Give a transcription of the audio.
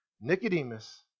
Nicodemus